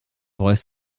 voice